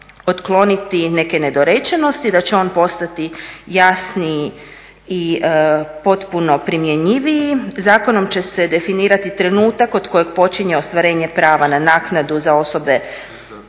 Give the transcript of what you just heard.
otkloniti neke nedorečenosti, da će on postati jasniji i potpuno primjenjiviji. Zakonom će se definirati trenutak od kojeg počinje ostvarenje prava na naknadu za osobne